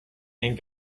and